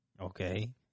Okay